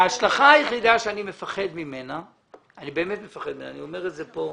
ההשלכה היחידה ממנה את מפחד אני באמת מפחד ממנה ואני אומר את זה כאן